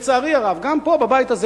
לצערי הרב גם פה בבית הזה,